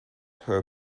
her